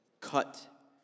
cut